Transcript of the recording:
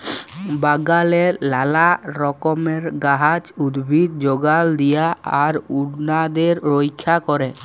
বাগালে লালা রকমের গাহাচ, উদ্ভিদ যগাল দিয়া আর উনাদের রইক্ষা ক্যরা